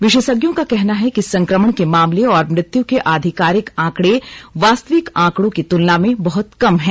विशेषज्ञों का कहना है कि संक्रमण के मामले और मृत्यु के आधिकारिक आंकड़े वास्तविक आकंड़ों की तुलना में बहुत कम हैं